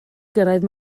gyrraedd